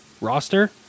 roster